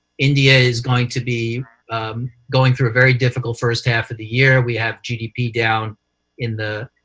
india is going to be going through a very difficult first half of the year. we have gdp down in the